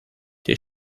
der